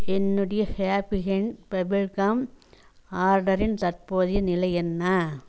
என்னுடைய happy hand pebble gum ஆர்டரின் தற்போதைய நிலை என்ன